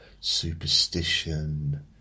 superstition